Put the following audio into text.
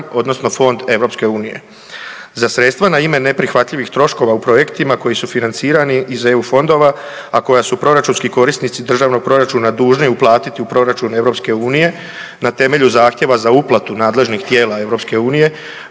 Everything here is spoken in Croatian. odnosno fond EU. Za sredstva na ime neprihvatljivih troškova u projektima koji su financirani iz EU fondova, a koja su proračunski korisnici državnog proračuna dužni uplatiti u proračun EU, na temelju zahtijeva za uplatu nadležnih tijela EU,